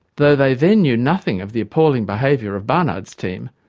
though they then knew nothing of the appalling behaviour of barnard's team,